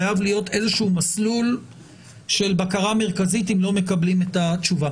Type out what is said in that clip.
חייב להיות איזשהו מסלול של בקרה מרכזית אם לא מקבלים את התשובה.